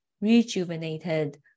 rejuvenated